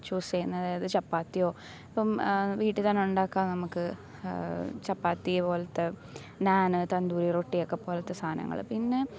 choose ചെയ്യുന്നത് അതായത് ചപ്പാത്തിയോ ഇപ്പം വീട്ടിത്തന്നെ ഉണ്ടാക്കാം നമുക്ക് ചപ്പാത്തീ പോലത്തെ നാന് തന്തൂരി റൊട്ടി ഒക്കെ പോലത്തെ സാധനങ്ങൾ പിന്നെ